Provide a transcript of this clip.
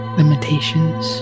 limitations